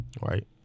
right